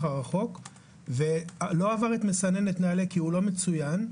הרחוק ולא עבר את מסננת נעל"ה כי הוא לא מצוין,